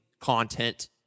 content